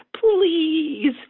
Please